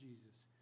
Jesus